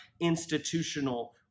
institutional